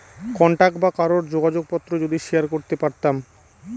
contact বা কারোর যোগাযোগ পত্র যদি শেয়ার করতে পারতাম